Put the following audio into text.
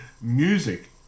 music